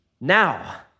Now